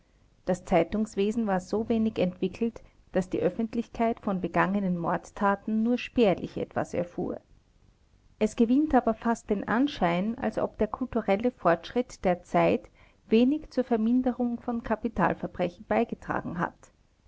das zeitungswesen war so wenig entwickelt daß die öffentlichkeit von begangenen mordtaten nur spärlich etwas erfuhr es gewinnt aber fast den anschein als ob der kulturelle fortschritt der zeit wenig zur verminderung von kapitalverbrechen beigetragen hat